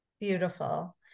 Beautiful